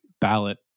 ballot